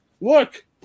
look